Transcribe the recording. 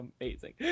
amazing